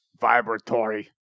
Vibratory